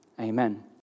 Amen